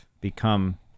become